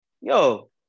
Yo